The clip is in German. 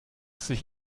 sich